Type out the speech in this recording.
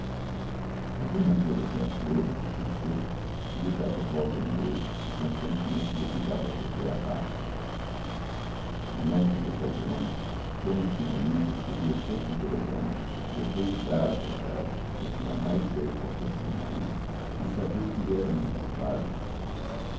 todo havia na rua do riachuelo uma francesa que lhe dava volta ao miolo e constantemente o obrigava a perder a barca nessas ocasiões d senhorinha recebia sempre um telegrama e acreditava coitada porque tinha a mais cega confiança no marido e sabia que ele era muito ocupado